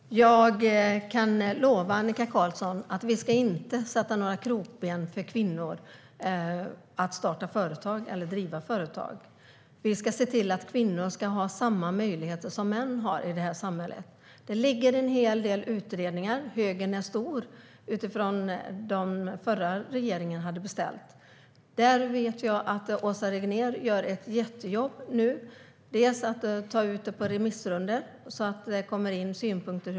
Herr talman! Jag kan lova Annika Qarlsson att vi inte ska sätta några krokben för kvinnor att starta eller driva företag. Vi ska se till att kvinnor ska ha samma möjligheter som männen har i samhället. Det pågår en del utredningar som den förra regeringen beställde. Högen är stor. Jag vet att Åsa Regnér gör ett jättejobb med att få ut utredningarna på remissrundor så att det kommer in synpunkter.